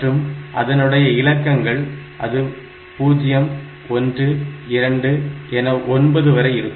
மற்றும் அதனுடைய இலக்கங்களை பார்த்தால் அது 0 1 2 என 9 வரை இருக்கும்